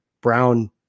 brown